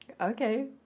okay